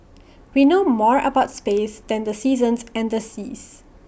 we know more about space than the seasons and the seas